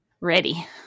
Ready